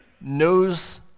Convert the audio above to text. knows